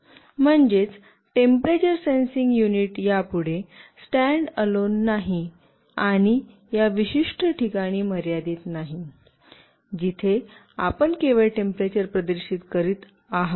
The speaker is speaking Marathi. म्हणजेच टेम्परेचर सेन्सिंग युनिट यापुढे स्टॅन्ड अलोन नाही आणि या विशिष्ट ठिकाणी मर्यादित नाही जिथे आपण केवळ टेम्परेचर प्रदर्शित करत आहात